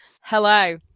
Hello